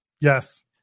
Yes